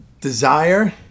desire